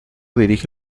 dirige